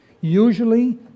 Usually